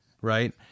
Right